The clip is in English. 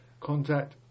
Contact